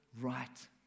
right